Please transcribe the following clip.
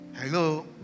Hello